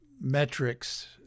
metrics